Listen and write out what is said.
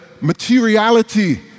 materiality